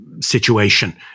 situation